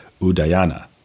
Udayana